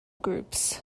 groups